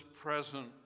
present